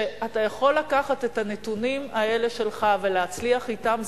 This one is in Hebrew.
שאתה יכול לקחת את הנתונים האלה שלך ולהצליח אתם,